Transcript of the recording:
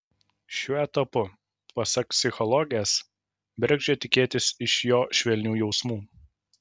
šiuo etapu pasak psichologės bergždžia tikėtis iš jo švelnių jausmų